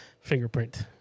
fingerprint